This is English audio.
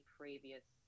previous